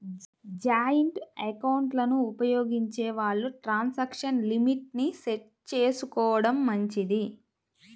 joint ఎకౌంట్లను ఉపయోగించే వాళ్ళు ట్రాన్సాక్షన్ లిమిట్ ని సెట్ చేసుకోడం మంచిది